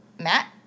Matt